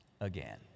again